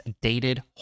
dated